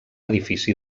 edifici